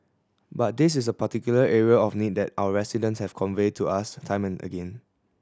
but this is a particular area of need that our residents have conveyed to us time and again